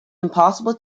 impossible